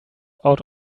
out